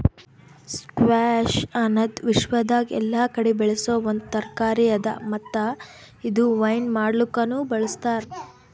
squash ಅನದ್ ವಿಶ್ವದಾಗ್ ಎಲ್ಲಾ ಕಡಿ ಬೆಳಸೋ ಒಂದ್ ತರಕಾರಿ ಅದಾ ಮತ್ತ ಇದು ವೈನ್ ಮಾಡ್ಲುಕನು ಬಳ್ಸತಾರ್